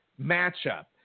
matchup